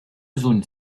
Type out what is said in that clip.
zones